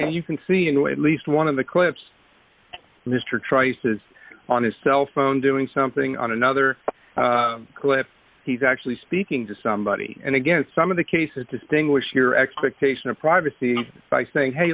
you can see you know at least one of the clips mr trice is on his cell phone doing something on another clip he's actually speaking to somebody and against some of the cases distinguish your expectation of privacy by saying hey